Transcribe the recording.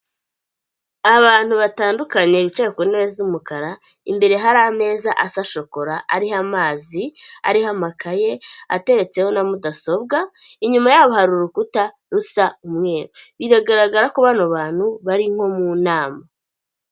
Abantu batandukanye bicaye ku ntebe z'umukara imbere hari ameza asa shokora ariho amazi ariho amakaye, ateretseho na mudasobwa inyuma yabo hari urukuta rusa umweru biragaragara ko bano bantu bari nko mu nama.